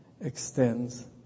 extends